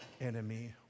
enemy